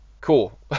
cool